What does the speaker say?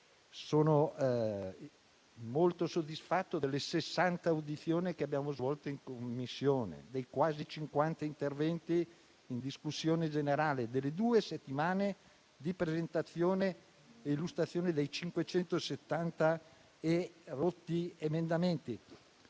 Sono molto soddisfatto delle 60 audizioni che abbiamo svolto in Commissione, dei quasi 50 interventi in discussione generale, delle due settimane di presentazione e illustrazione degli oltre 570 emendamenti.